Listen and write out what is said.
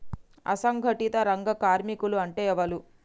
అసంఘటిత రంగ కార్మికులు అంటే ఎవలూ?